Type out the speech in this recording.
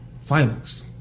finals